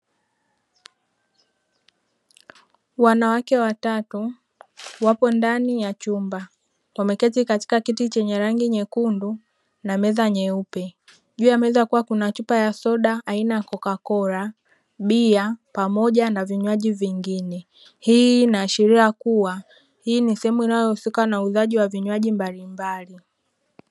Wanawake watatu wapo ndani ya chumba wameketi katika kiti chenye rangi nyekundu na meza nyeupe juu ya meza kukiwa kuna chupa ya soda aina kokakola, bia pamoja na vinywaji vingine, hii inaashiria kuwa hii ni sehemu inayohusika na uuzaji wa vinywaji mbalimbali.